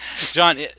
John